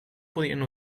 podien